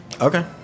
Okay